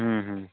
ह्म्म ह्म्म